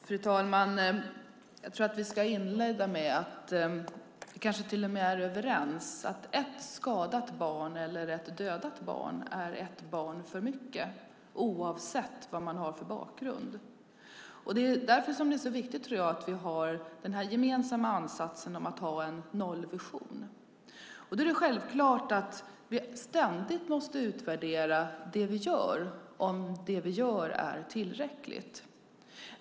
Fru talman! Jag tror att vi är överens om att ett skadat eller dödat barn är ett barn för mycket oavsett vilken bakgrund man har. Därför tror jag att det är viktigt att vi har den gemensamma ansatsen med en nollvision. Vi måste ständigt utvärdera det vi gör och om det vi gör är tillräckligt.